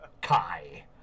Kai